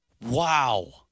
Wow